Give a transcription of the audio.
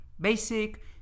basic